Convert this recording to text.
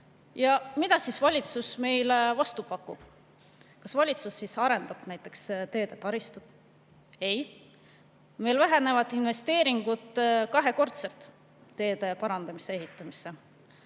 Ja mida valitsus meile vastu pakub? Kas valitsus arendab näiteks teetaristut? Ei, meil vähenevad investeeringud teede parandamisse ja ehitamisse